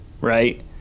Right